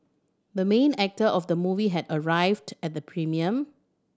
the main actor of the movie had arrived at the premiere